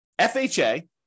FHA